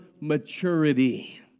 maturity